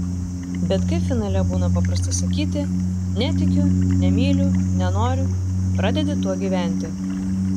bet kaip finale būna paprasta sakyti netikiu nemyliu nenoriu pradedi tuo gyventi